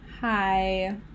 Hi